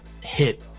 hit